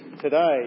today